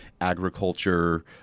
agriculture